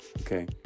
Okay